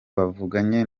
bavuganye